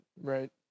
Right